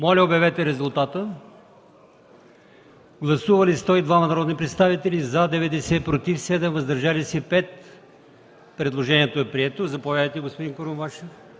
Моля, режим на гласуване. Гласували 102 народни представители: за 90, против 7, въздържали се 5. Предложението е прието. Заповядайте, господин Курумбашев.